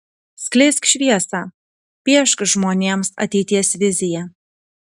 skleisk šviesą piešk žmonėms ateities viziją